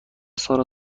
سارا